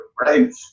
right